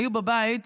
היו בבית,